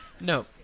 No